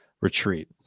retreat